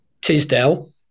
Tisdale